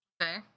okay